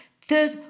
Third